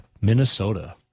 Minnesota